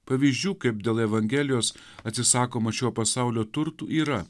pavyzdžių kaip dėl evangelijos atsisakoma šio pasaulio turtų yra